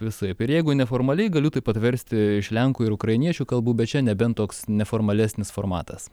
visaip ir jeigu neformaliai galiu taip pat versti iš lenkų ir ukrainiečių kalbų bet čia nebent toks neformalesnis formatas